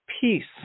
peace